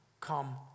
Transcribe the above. come